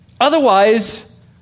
Otherwise